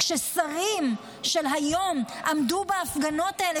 כששרים של היום עמדו בהפגנות האלה,